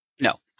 no